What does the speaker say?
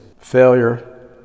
failure